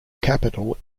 capital